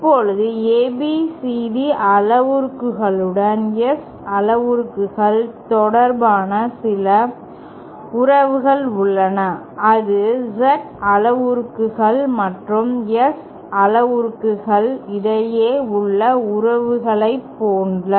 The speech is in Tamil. இப்போது ABCD அளவுருக்களுடன் S அளவுருக்கள் தொடர்பான சில உறவுகள் உள்ளன அது Z அளவுருக்கள் மற்றும் S அளவுருக்கள் இடையே உள்ள உறவுகளைப் போல